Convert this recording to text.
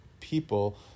people